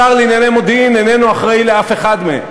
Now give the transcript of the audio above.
השר לענייני מודיעין איננו אחראי לאף אחד מהם,